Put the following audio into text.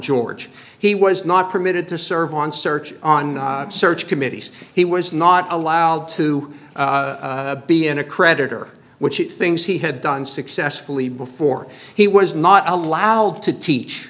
george he was not permitted to serve on search on search committees he was not allowed to be in a creditor which is things he had done successfully before he was not allowed to teach